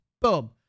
boom